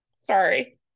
Sorry